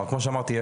כמו שאמרתי,